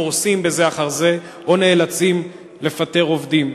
קורסים זה אחר זה או נאלצים לפטר עובדים.